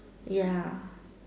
ya